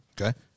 Okay